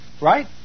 Right